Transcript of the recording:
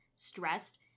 stressed